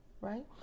right